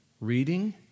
reading